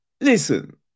Listen